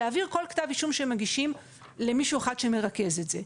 להעביר כול כתב אישום שמגישים למישהו אחד שמרכז את זה.